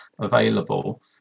available